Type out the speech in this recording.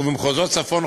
ובמחוזות צפון,